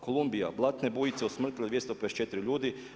Kolumbija blatne bujice usmrtile 254 ljudi.